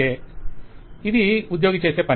client ఇది ఉద్యోగి చేసే పని